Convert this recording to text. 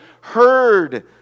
heard